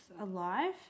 alive